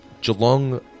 Geelong